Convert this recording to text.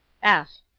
f.